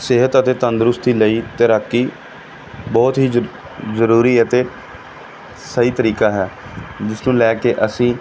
ਸਿਹਤ ਅਤੇ ਤੰਦਰੁਸਤੀ ਲਈ ਤੈਰਾਕੀ ਬਹੁਤ ਹੀ ਜ ਜ਼ਰੂਰੀ ਅਤੇ ਸਹੀ ਤਰੀਕਾ ਹੈ ਜਿਸ ਨੂੰ ਲੈ ਕੇ ਅਸੀਂ